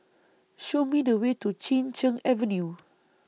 Show Me The Way to Chin Cheng Avenue